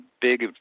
big